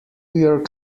york